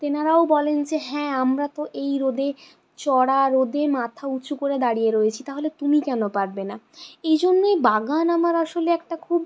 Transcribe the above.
তেনারাও বলেন যে হ্যাঁ আমরা তো এই রোদে চড়া রোদে মাথা উঁচু করে দাঁড়িয়ে রয়েছি তাহলে তুমি কেন পারবে না এই জন্যেই বাগান আমার আসলে একটা খুব